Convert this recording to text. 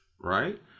right